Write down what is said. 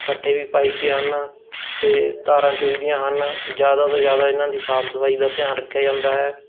ਪੱਠੇ ਵੀ ਪਾਈਦੇ ਹਨ ਅਤੇ ਧਾਰਾਂ ਚੌਈ ਦੀਆਂ ਹਨ ਜ਼ਿਆਦਾ ਤੋਂ ਜ਼ਿਆਦਾ ਇਹਨਾਂ ਦੀ ਸਾਫ਼ ਸਫਾਈ ਦਾ ਧਿਆਨ ਰੱਖਿਆ ਜਾਂਦਾ ਹੈ